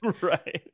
right